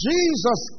Jesus